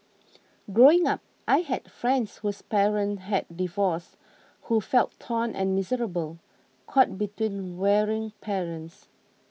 growing up I had friends whose parents had divorced who felt torn and miserable caught between warring parents